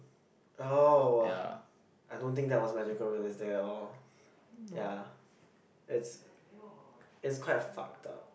ya why